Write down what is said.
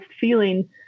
feeling